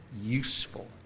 useful